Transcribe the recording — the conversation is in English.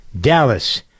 Dallas